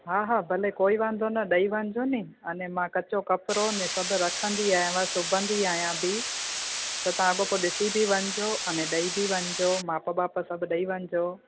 हा हा भले कोई वांदो न ॾेई वञजो ने अने मां कचो कपिड़ो न सभु रखंदी आहियां सिबंदी आहियां बि त तव्हां अॻोपो ॾिसी बि वञिजो अने ॾेई बि वञिजो मापु बापु सभु ॾेई वञिजो